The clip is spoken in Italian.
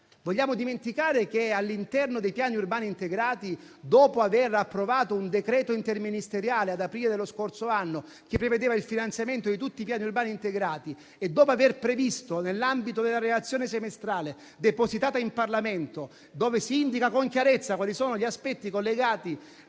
possiamo dimenticare che all'interno dei piani urbani integrati, dopo aver approvato un decreto interministeriale ad aprile dello scorso anno che prevedeva il finanziamento di tutti i piani urbani integrati e dopo aver previsto, nell'ambito della relazione semestrale depositata in Parlamento, con chiarezza quali sono gli aspetti collegati